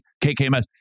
KKMS